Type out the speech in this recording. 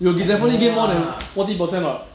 you'll definitely gain more than forty percent what